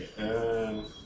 Okay